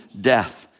death